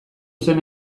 zen